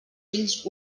fills